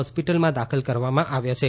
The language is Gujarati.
હોસ્પિટલમાં દાખલ કરવામાં આવ્યા છે